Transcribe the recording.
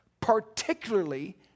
Particularly